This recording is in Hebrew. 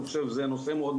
אני חושב שזה נושא מאוד,